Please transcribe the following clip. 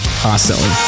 constantly